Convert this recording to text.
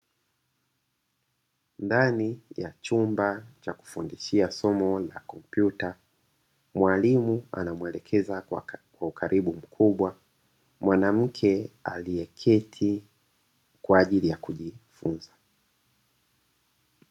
Ndani ya chumba cha kufundishia somo la kompyuta, mwalimu anamwelekeza kwa ukaribu mkubwa mwanamke aliyeketi kwa ajili ya kujifunza.